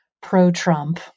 pro-Trump